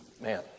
Man